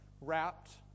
wrapped